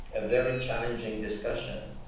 a very challenging discussion,